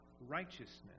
righteousness